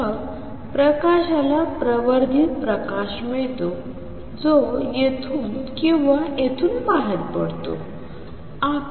मग प्रकाशाला प्रवर्धित प्रकाश मिळतो जो येथून किंवा येथून बाहेर पडतो